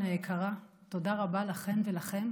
לכן ולכם